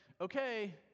okay